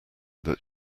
that